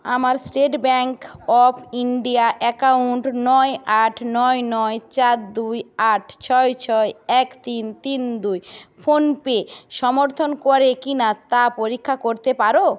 আমার state bank of India account নয় আট নয় নয় চার দুই আট ছয় ছয় এক তিন তিন দুই ফোনপে সমর্থন করে কি না তা পরীক্ষা করতে পারো